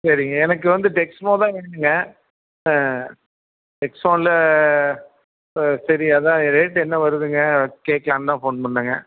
சரிங்க எனக்கு வந்து டெக்ஸ்மோ தான் வேணும்ங்க டெக்ஸ்மோவில் இப்போ சரி அதான் ரேட்டு என்ன வருதுங்க கேக்கலாம் தான் ஃபோன் பண்ணேனுங்க